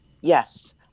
Yes